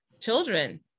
children